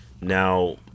Now